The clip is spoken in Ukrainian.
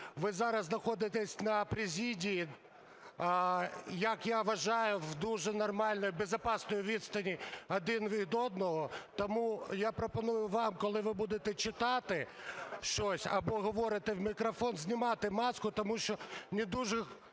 Ви зараз знаходитесь на президії, як я вважаю, на дуже нормальній і безпечній відстані один від одного, тому я пропоную вам, коли ви будете читати щось або говорити в мікрофон, знімати маску, тому що не дуже